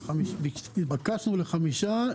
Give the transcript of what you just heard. התבקשנו להציג חמישה,